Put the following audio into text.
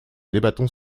débattons